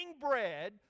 bread